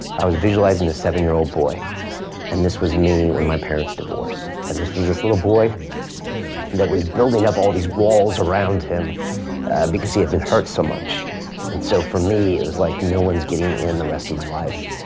i was visualising the seven-year-old boy and this was me when my parents divorced and this was this little boy that was building up all these walls around him because he had been hurt so much and so for me it was like no one's getting in the rest of my life,